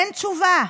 אין תשובה.